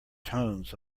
tones